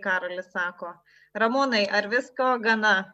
karolis sako ramūnai ar visko gana